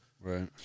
Right